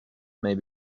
may